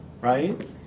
right